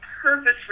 purpose